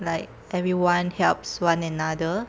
like everyone helps one another